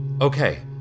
okay